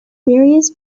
various